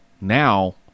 Now